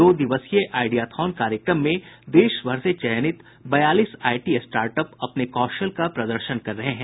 दो दिवसीय आइडियाथॉन कार्यक्रम में देशभर से चयनित बयालीस आईटी स्टार्टअप अपने कौशल का प्रदर्शन कर रहे हैं